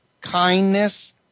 kindness